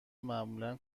معمولا